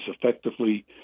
effectively